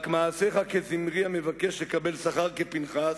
רק מעשיך כזמרי המבקש לקבל שכר כפנחס,